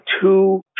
two